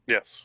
Yes